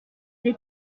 les